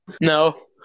No